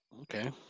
Okay